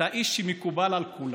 אתה איש שמקובל על כולם.